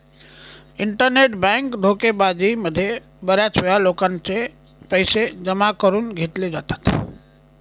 internet bank धोकेबाजी मध्ये बऱ्याच वेळा लोकांचे पैसे जमा करून घेतले जातात